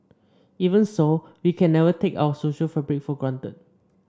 even so we can never take our social fabric for granted